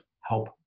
help